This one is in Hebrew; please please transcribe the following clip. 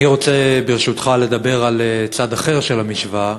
אני רוצה, ברשותך, לדבר על צד אחר של המשוואה,